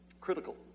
critical